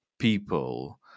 people